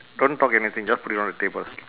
don't talk anything just put it on the table